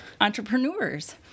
entrepreneurs